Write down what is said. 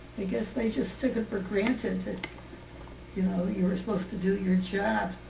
i guess they just took it for granted that you know you were supposed to do your job.